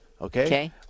Okay